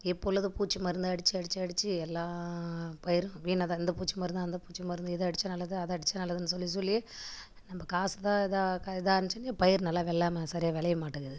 இப்போ உள்ளது பூச்சி மருந்து அடித்து அடித்து அடித்து எல்லாம் பயிரும் வீணாக தான் இந்த பூச்சி மருந்து அந்த பூச்சி மருந்து இது அடித்தா நல்லது அது அடித்தா நல்லதுன்னு சொல்லி சொல்லியே நம்ம காசுதான் இதா இதா இருந்துச்சுனு பயிர் நல்லா வெள்ளாமை சரியாக வெளையமாட்டங்கிது